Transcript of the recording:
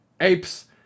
apes